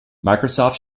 microsoft